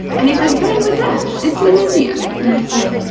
and he says, bangladesh. it's in in india. and i said,